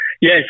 Yes